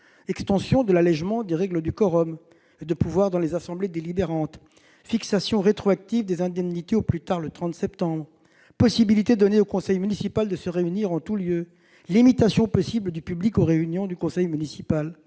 Extension de l'allègement des règles de quorum et de pouvoir dans les assemblées délibérantes ; fixation rétroactive des indemnités, au plus tard le 30 septembre prochain ; possibilité donnée au conseil municipal de se réunir en tout lieu ; limitation possible du public aux réunions du conseil municipal